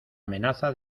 amenaza